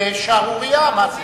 זה שערורייה, מה זה?